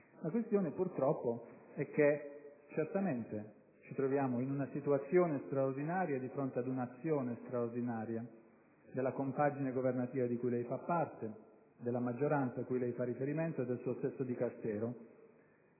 La questione, purtroppo, è che certamente ci troviamo in una situazione straordinaria e di fronte ad un'azione straordinaria della compagine governativa di cui lei fa parte, della maggioranza cui lei fa riferimento e del suo stesso Dicastero.